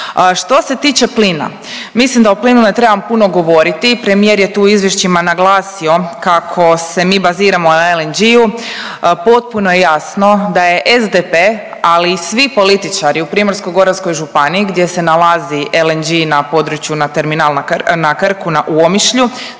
Što se tiče plina, mislim da o plinu ne trebam puno govoriti, premijer je tu u izvješćima naglasio kako se mi baziramo na LNG-u, potpuno je jasno da je SDP, ali i svi političari u Primorsko-goranskoj županiji gdje se nalazi LNG na području na terminal na Kr…, na Krku